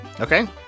Okay